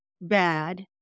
bad